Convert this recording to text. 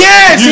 Yes